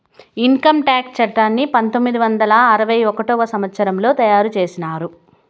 income tax చట్టాన్ని పంతొమ్మిది వందల అరవై ఒకటవ సంవచ్చరంలో తయారు చేసినారు